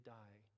die